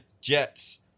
Jets